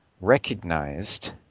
recognized